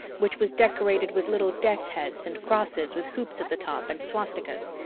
which was decorated with little death's heads and crosses with hoops at the top and swastikas,